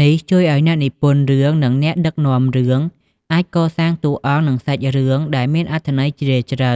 នេះជួយឲ្យអ្នកនិពន្ធរឿង និងអ្នកដឹកនាំរឿងអាចកសាងតួអង្គ និងសាច់រឿងដែលមានអត្ថន័យជ្រាលជ្រៅ